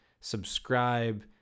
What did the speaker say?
subscribe